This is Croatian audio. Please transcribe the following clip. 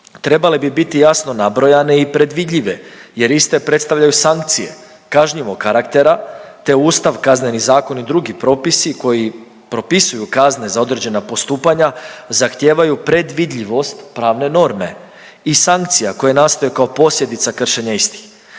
trebale bi biti jasno nabrojane i predvidljive jer iste predstavljaju sankcije kažnjivog karaktera, te ustav i Kazneni zakon i drugi propisi koji propisuju kazne za određena postupanja zahtijevaju predvidljivost pravne norme i sankcija koje nastaju kao posljedica kršenja istih.